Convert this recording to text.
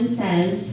says